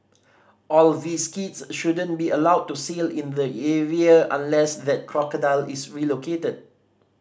all these kids shouldn't be allowed to sail in the area unless that crocodile is relocated